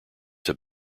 have